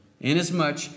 inasmuch